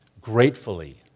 gratefully